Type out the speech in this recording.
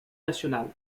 nationale